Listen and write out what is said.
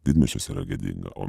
didmiesčiuose yra gėdinga o